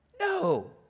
No